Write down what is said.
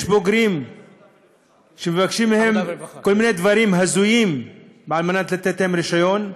יש בוגרים שמבקשים מהם כל מיני דברים הזויים על מנת לתת להם רישיון: